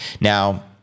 Now